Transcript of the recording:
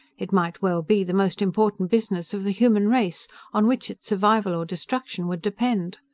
it might well be the most important business of the human race on which its survival or destruction would depend.